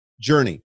journey